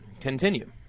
continue